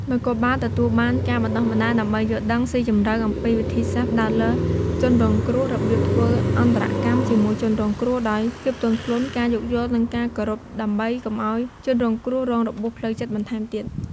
នគរបាលទទួលបានការបណ្ដុះបណ្ដាលដើម្បីយល់ដឹងស៊ីជម្រៅអំពីវិធីសាស្ត្រផ្តោតលើជនរងគ្រោះ របៀបធ្វើអន្តរកម្មជាមួយជនរងគ្រោះដោយភាពទន់ភ្លន់ ការយោគយល់ និងការគោរព ដើម្បីកុំឲ្យជនរងគ្រោះរងរបួសផ្លូវចិត្តបន្ថែមទៀត។